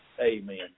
Amen